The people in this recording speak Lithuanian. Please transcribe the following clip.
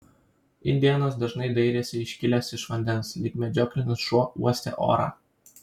indėnas dažnai dairėsi iškilęs iš vandens lyg medžioklinis šuo uostė orą